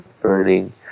burning